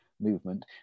movement